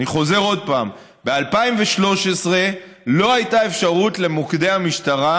אני חוזר עוד פעם: ב-2013 לא הייתה אפשרות למוקדי המשטרה,